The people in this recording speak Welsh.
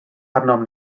arnom